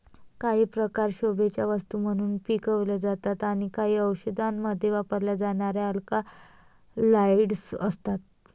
काही प्रकार शोभेच्या वस्तू म्हणून पिकवले जातात आणि काही औषधांमध्ये वापरल्या जाणाऱ्या अल्कलॉइड्स असतात